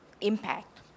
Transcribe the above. impact